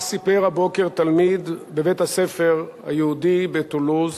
סיפר הבוקר תלמיד בבית-הספר היהודי בטולוז